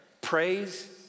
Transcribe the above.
praise